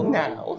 now